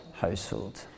household